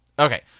okay